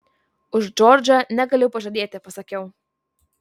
už džordžą negaliu pažadėti pasakiau